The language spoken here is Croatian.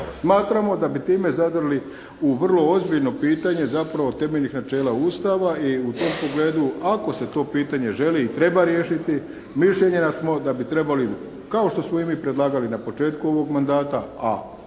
Smatramo da bi time zadrli u vrlo ozbiljno pitanje zapravo temeljnih načela Ustava i u tom pogledu ako se to pitanje želi i treba riješiti mišljenja smo da bi trebali kao što smo i mi predlagali na početku ovog mandata, a